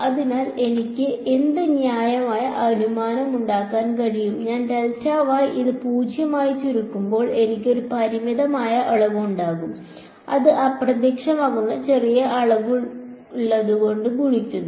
അതിനാൽ എനിക്ക് എന്ത് ന്യായമായ അനുമാനം ഉണ്ടാക്കാൻ കഴിയും ഞാൻ ഇത് 0 ആയി ചുരുക്കുമ്പോൾ എനിക്ക് ഒരു പരിമിതമായ അളവ് ഉണ്ടായിരിക്കും അത് അപ്രത്യക്ഷമാകുന്ന ചെറിയ അളവിലുള്ളത് കൊണ്ട് ഗുണിക്കുന്നു